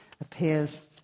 appears